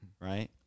right